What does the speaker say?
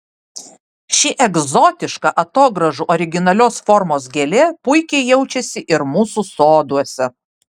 ši egzotiška atogrąžų originalios formos gėlė puikiai jaučiasi ir mūsų soduose